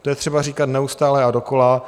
To je třeba říkat neustále a dokola.